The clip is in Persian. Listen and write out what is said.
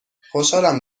خوشحالم